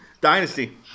Dynasty